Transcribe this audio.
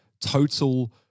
total